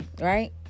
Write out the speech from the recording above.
right